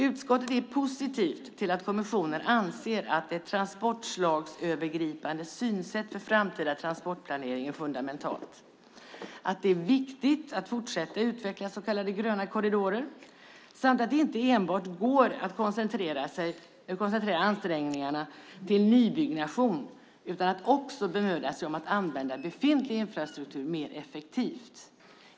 Utskottet är positivt till att kommissionen anser att ett transportslagsövergripande synsätt för framtida transportplanering är fundamentalt, att det är viktigt att fortsätta utveckla så kallade gröna korridorer samt att det inte enbart går att koncentrera ansträngningarna till nybyggnation utan att man också ska bemöda sig om att använda befintlig infrastruktur mer effektivt.